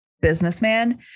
businessman